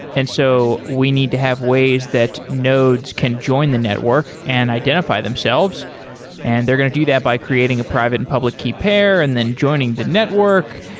so we need to have ways that nodes can join the network and identify themselves and they're going to do that by creating a private and public key pair and then joining the network.